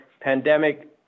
pandemic